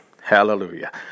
Hallelujah